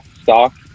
stock